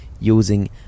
using